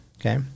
Okay